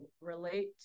relate